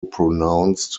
pronounced